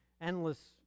endless